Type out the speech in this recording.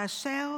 כאשר